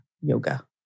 yoga